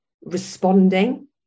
responding